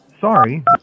Sorry